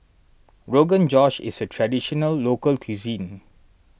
Rogan Josh is a Traditional Local Cuisine